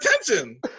attention